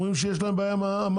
הם טוענים שיש להם בעיה עם האמנה.